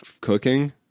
cooking